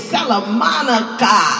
Salamanca